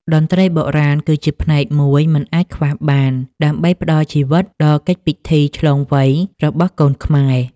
តន្ត្រីបុរាណគឺជាផ្នែកមួយមិនអាចខ្វះបាន ដើម្បីផ្ដល់ជីវិតដល់កិច្ចពិធីឆ្លងវ័យរបស់កូនខ្មែរ។